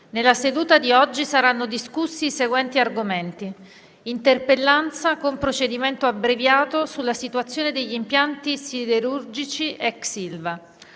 Nella seduta di oggi saranno discussi i seguenti argomenti: interpellanza, con procedimento abbreviato, sulla situazione degli impianti siderurgici ex